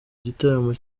gitaramo